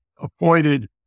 appointed